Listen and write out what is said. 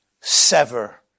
sever